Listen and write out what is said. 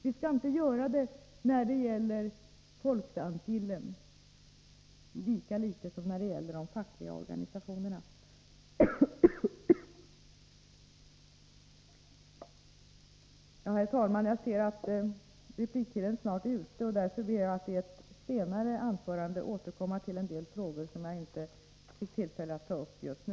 Vi skall inte göra det när det gäller folkdansgillen, och lika litet skall vi göra det när det gäller de fackliga organisationerna. Herr talman! Jag ser att repliktiden snart är slut. Därför ber jag att i ett senare anförande få återkomma till en del frågor som jag inte fick tillfälle att ta upp just nu.